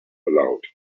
aloud